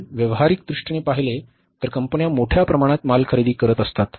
आपण व्यावहारिक दृष्टीने पहिले तर कंपन्या मोठ्या प्रमाणात माल खरेदी करत असतात